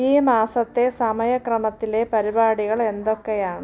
ഈ മാസത്തെ സമയക്രമത്തിലെ പരിപാടികൾ എന്തൊക്കെയാണ്